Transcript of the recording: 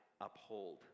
uphold